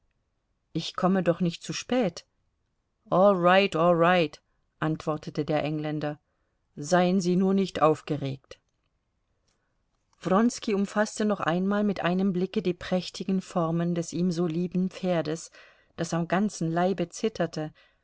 ich komme doch nicht zu spät all right all right antwortete der engländer seien sie nur nicht aufgeregt wronski umfaßte noch einmal mit einem blicke die prächtigen formen des ihm so lieben pferdes das am ganzen leibe zitterte